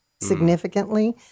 significantly